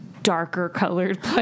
darker-colored